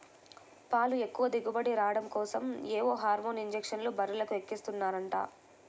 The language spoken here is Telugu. పాలు ఎక్కువ దిగుబడి రాడం కోసరం ఏవో హార్మోన్ ఇంజక్షన్లు బర్రెలకు ఎక్కిస్తన్నారంట